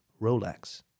Rolex